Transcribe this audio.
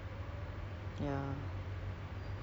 you know uh malls or ke apa